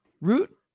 Root